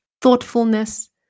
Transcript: thoughtfulness